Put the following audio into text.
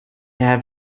have